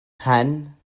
mhen